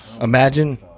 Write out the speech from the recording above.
Imagine